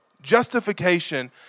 justification